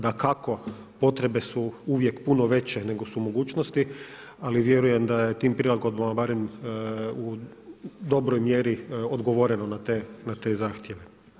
Dakako potrebe su uvijek puno već nego su mogućnosti ali vjerujem da je tim prilagodbama barem u dobroj mjeri odgovoreno na te zahtjeve.